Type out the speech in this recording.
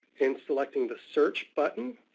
in selecting the search button,